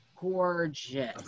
gorgeous